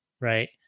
right